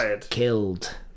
killed